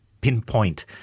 pinpoint